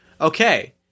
okay